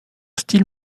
style